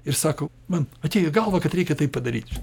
ir sakau man atėjo į galvą kad reikia tai padaryt